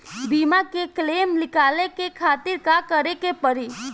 बीमा के क्लेम निकाले के खातिर का करे के पड़ी?